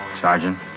Sergeant